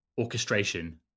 orchestration